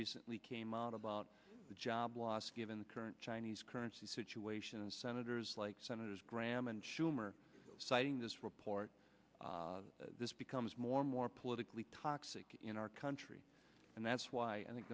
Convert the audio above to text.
recently came out about the job loss given the current chinese currency situation and senators like senators graham and schumer citing this report this becomes more and more politically toxic in our country and that's why i think